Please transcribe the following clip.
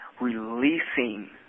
releasing